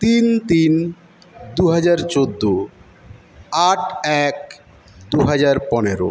তিন তিন দুহাজার চৌদ্দ আট এক দুহাজার পনেরো